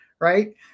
right